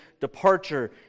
departure